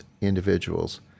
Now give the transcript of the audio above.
individuals